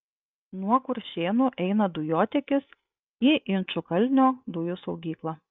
nuo kuršėnų eina dujotiekis į inčukalnio dujų saugyklą